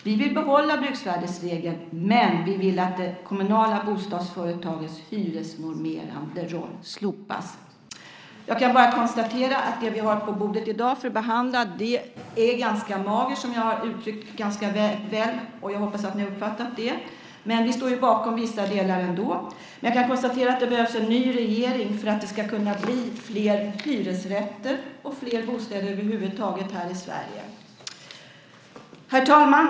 Vi vill behålla bruksvärdesregeln, men vi vill att de kommunala bostadsföretagens hyresnormerande roll slopas. Jag kan bara konstatera att det vi har på bordet för behandling i dag är ganska magert, som jag har uttryckt ganska väl - jag hoppas att ni har uppfattat det. Vi står bakom vissa delar ändå, men jag kan konstatera att det behövs en ny regering för att det ska kunna bli fler hyresrätter och fler bostäder över huvud taget här i Sverige. Herr talman!